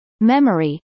memory